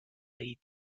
lady